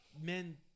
men